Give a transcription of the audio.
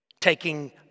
taking